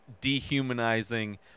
dehumanizing